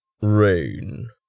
Rain